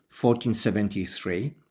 1473